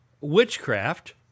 witchcraft